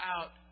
out